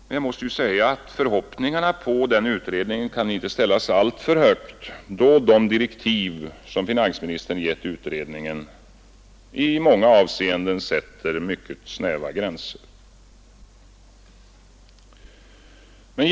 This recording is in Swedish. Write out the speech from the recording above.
Men jag måste säga att förhoppningarna på denna utredning inte kan ställas alltför högt, då de direktiv som finansministern gett utredningen sätter mycket snäva gränser i många avseenden.